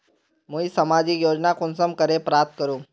मुई सामाजिक योजना कुंसम करे प्राप्त करूम?